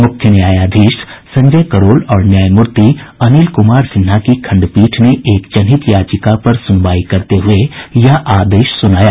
मुख्य न्यायाधीश संजय करोल और न्यायामूर्ति अनिल कुमार सिन्हा की खंडपीठ ने एक जनहित याचिका पर सुनवाई करते हुए यह आदेश सुनाया